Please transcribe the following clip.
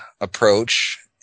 approach